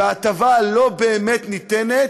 וההטבה לא באמת ניתנת,